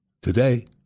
Today